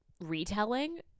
retelling